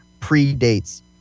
predates